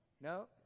No